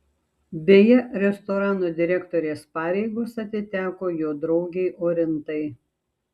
beje restorano direktorės pareigos atiteko jo draugei orintai